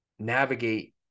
navigate